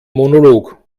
monolog